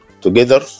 together